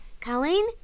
Colleen